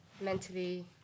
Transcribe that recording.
mentally